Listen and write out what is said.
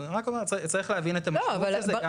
אני רק אומר, צריך להבין את המשמעות הזאת.